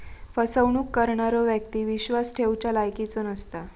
फसवणूक करणारो व्यक्ती विश्वास ठेवच्या लायकीचो नसता